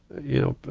you know,